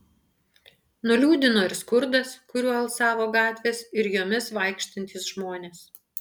nuliūdino ir skurdas kuriuo alsavo gatvės ir jomis vaikštantys žmonės